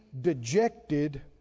dejected